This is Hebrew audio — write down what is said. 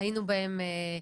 שהיינו בהן.